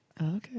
Okay